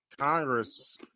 congress